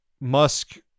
Musk